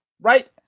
right